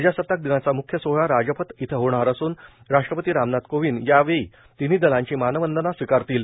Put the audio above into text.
प्रजासताक दिनाचा मुख्य सोहळा राजपथ इथं होणार असून राष्ट्रपती रामनाथ कोविंद यावेळी तिन्ही दलांची मानवंदना स्वीकारतील